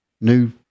new